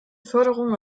förderung